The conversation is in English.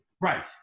Right